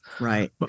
Right